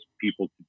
people